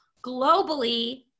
globally